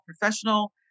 professional